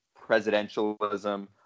presidentialism